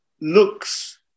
looks